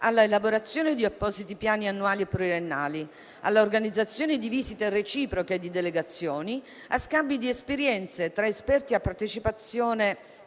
all'elaborazione di appositi piani annuali e pluriennali, all'organizzazione di visite reciproche di delegazioni, a scambi di esperienze tra esperti e partecipazione